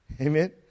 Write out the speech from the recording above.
Amen